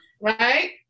Right